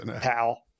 Pal